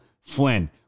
Flynn